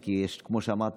כי כמו שאמרת,